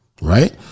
Right